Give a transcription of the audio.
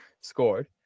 scored